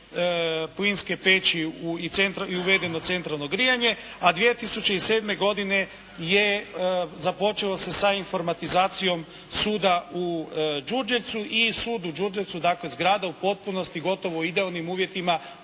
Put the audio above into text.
plinske peći i uvedeno centralno grijanje, a 2007. godine je započelo se sa informatizacijom suda u Đurđevcu. I sud u Đurđevcu, dakle zgrada u potpunosti, gotovo u idealnim uvjetima